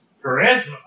Charisma